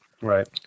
Right